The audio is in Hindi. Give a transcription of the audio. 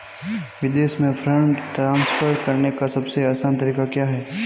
विदेश में फंड ट्रांसफर करने का सबसे आसान तरीका क्या है?